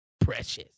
Precious